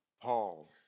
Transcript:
Paul